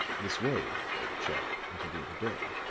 this way, old chap, until the other day.